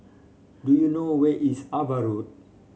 do you know where is Ava Road